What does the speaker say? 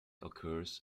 occurs